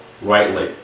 rightly